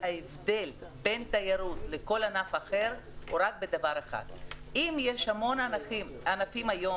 ההבדל בין תיירות לכל ענף הוא בדבר אחד: אם יש המון ענפים היום